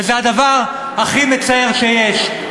וזה הדבר הכי מצער שיש.